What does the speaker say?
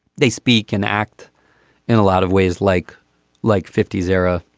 they speak and act in a lot of ways like like fifty s era